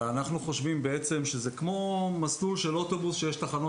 אנחנו חושבים שזה כמו מסלול של אוטובוס כשיש תחנות